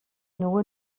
нөгөө